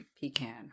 pecan